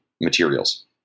materials